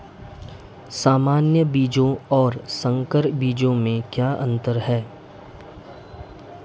सामान्य बीजों और संकर बीजों में क्या अंतर है?